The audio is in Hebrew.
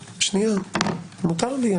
שנייה, מותר לי.